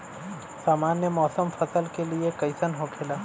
सामान्य मौसम फसल के लिए कईसन होखेला?